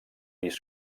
pis